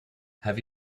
have